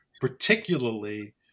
particularly